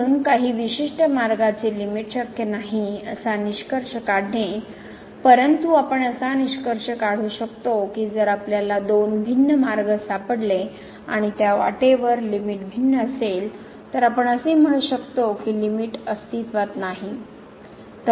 म्हणून काही विशिष्ट मार्गाची लिमिट शक्य नाही असा निष्कर्ष काढणे परंतु आपण असा निष्कर्ष काढू शकतो की जर आपल्याला दोन भिन्न मार्ग सापडले आणि त्या वाटेवर लिमिट भिन्न असेल तर आपण असे म्हणू शकतो की लिमिट अस्तित्त्वात नाही